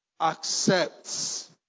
accepts